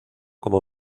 como